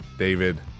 David